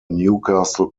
newcastle